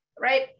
Right